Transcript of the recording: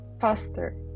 faster